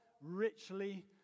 richly